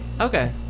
Okay